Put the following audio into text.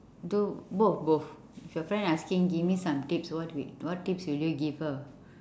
do both both if your friend asking give me some tips what wi~ what tips will you give her